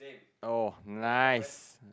oh nice